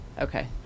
Okay